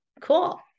Cool